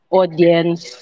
audience